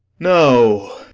no!